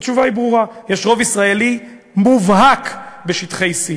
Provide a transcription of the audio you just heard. התשובה היא ברורה: יש רוב ישראלי מובהק בשטחי C,